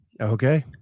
Okay